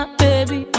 baby